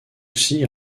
aussi